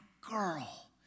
girl